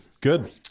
Good